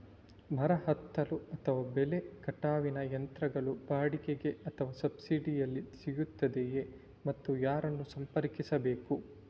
ಮರ ಹತ್ತಲು ಅಥವಾ ಬೆಲೆ ಕಟಾವಿನ ಯಂತ್ರಗಳು ಬಾಡಿಗೆಗೆ ಅಥವಾ ಸಬ್ಸಿಡಿಯಲ್ಲಿ ಸಿಗುತ್ತದೆಯೇ ಮತ್ತು ಯಾರನ್ನು ಸಂಪರ್ಕಿಸಬೇಕು?